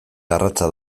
garratza